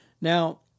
Now